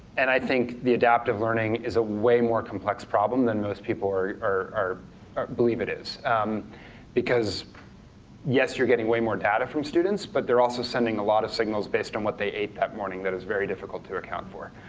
and i think the adaptive learning is a way more complex problem than most people believe believe it is because yes, you're getting way more data from students, but they're also sending a lot of signals based on what they ate that morning that is very difficult to account for.